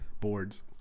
boards